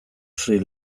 sri